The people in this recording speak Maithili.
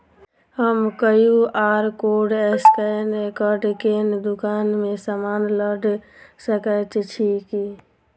हम क्यू.आर कोड स्कैन कऽ केँ दुकान मे समान लऽ सकैत छी की?